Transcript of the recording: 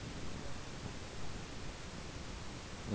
mm